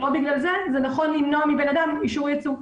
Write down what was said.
לא בגלל זה נכון למנוע מבן אדם אישור יצוא.